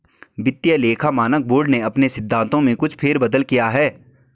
वित्तीय लेखा मानक बोर्ड ने अपने सिद्धांतों में कुछ फेर बदल किया है